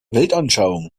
weltanschauung